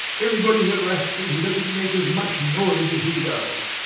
everybody is a rascal who doesn't make as much noise as he does.